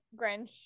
grinch